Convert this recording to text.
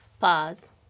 Pause